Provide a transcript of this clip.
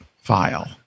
file